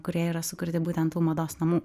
kurie yra sukurti būtent tų mados namų